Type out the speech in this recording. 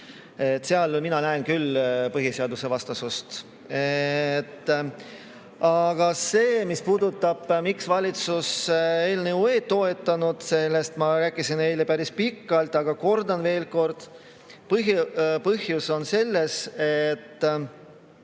Seal mina näen küll põhiseadusvastasust. Aga mis puudutab seda, miks valitsus eelnõu ei toetanud, siis sellest ma rääkisin eile päris pikalt. Ent kordan veel kord. Põhipõhjus on selles, et